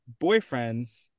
boyfriends